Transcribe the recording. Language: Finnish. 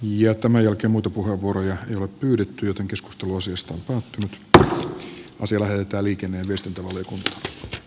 ja tämä joki mutu puhevuoroja he ovat tyylikkäitä keskustelu asiasta on puuttunut pää on selailta liikenee myös tuntuu kaistaa pukkaa